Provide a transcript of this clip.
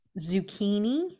zucchini